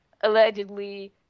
allegedly